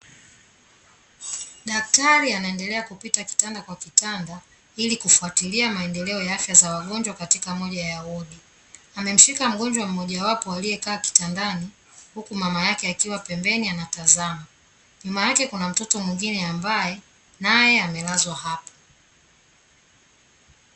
Daktari anaendelea kupita kitanda kwa kitanda, ili kufatilia maendeleo ya afya za wagonjwa katika moja ya wodi. Amemshika mgonjwa mmoja wapo aliekaa kitandani huku mama yake akiwa pembeni anatazama. Nyuma yake kuna mtoto mwingine ambae nae amelazwa hapo.